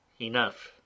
Enough